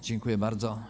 Dziękuję bardzo.